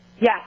Yes